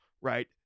right